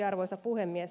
arvoisa puhemies